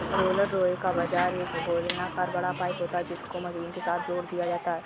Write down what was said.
roller लोहे का बना एक बेलनाकर बड़ा पाइप होता है जिसको मशीन के साथ जोड़ दिया जाता है